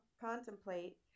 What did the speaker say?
contemplate